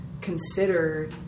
consider